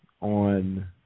on